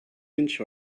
inch